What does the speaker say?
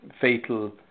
fatal